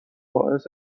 باعث